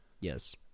Yes